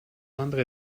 andere